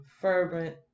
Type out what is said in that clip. fervent